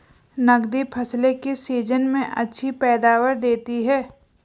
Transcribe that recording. नकदी फसलें किस सीजन में अच्छी पैदावार देतीं हैं?